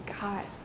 God